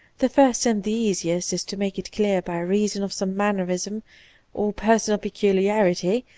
the first and the easiest is to make it clear by reason of some mannerism or personal peculiarity,